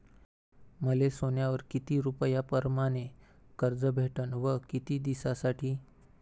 मले सोन्यावर किती रुपया परमाने कर्ज भेटन व किती दिसासाठी?